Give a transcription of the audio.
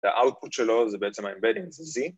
‫ה-output שלו זה בעצם ‫ה-embedding, זה Z.